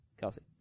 Kelsey